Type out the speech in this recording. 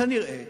כנראה